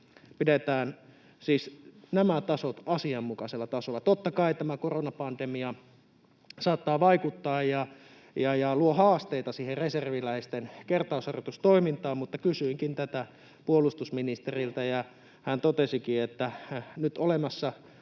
Pidetään siis nämä tasot asianmukaisella tasolla. Totta kai tämä koronapandemia saattaa vaikuttaa ja luo haasteita siihen reserviläisten kertausharjoitustoimintaan, mutta kysyinkin tätä puolustusministeriltä, ja hän totesikin, että nyt olemassa